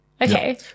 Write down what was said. Okay